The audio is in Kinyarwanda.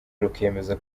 rukemeza